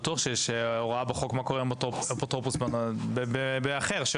בטוח יש הוראה בחוק מה קורה כשהוא הולך עם האפוטרופוס שלו למקום אחר.